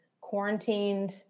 quarantined